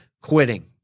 quitting